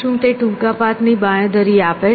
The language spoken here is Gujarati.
શું તે ટૂંકા પાથની બાંયધરી આપે છે